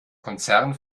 konzern